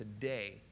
today